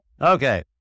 Okay